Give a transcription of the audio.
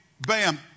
bam